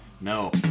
no